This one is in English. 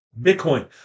bitcoin